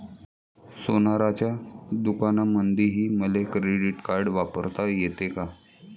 सोनाराच्या दुकानामंधीही मले क्रेडिट कार्ड वापरता येते का?